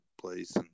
place